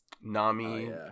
nami